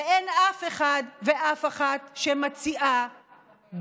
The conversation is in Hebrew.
ואין אף אחד ואף אחת שמציע דרך,